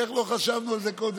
איך לא חשבנו על זה קודם?